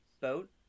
boat